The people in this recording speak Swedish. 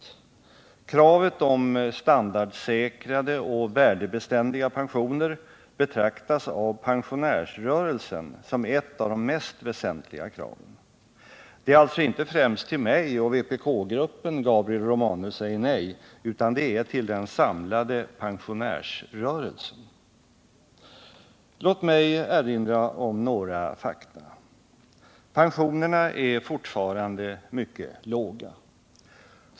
Kravet på standardsäkrade och värdebeständiga pensioner betraktas av pensionärsrörelsen som ett av de mest väsentliga kraven. Det är alltså inte främst till mig och vpk-gruppen som Gabriel Romanus säger nej, utan det är till den samlade pensionärsrörelsen. Låt mig erinra om några fakta. Pensionerna är fortfarande mycket låga.